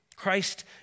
Christ